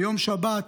ביום שבת,